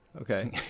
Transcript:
Okay